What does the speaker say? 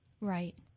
Right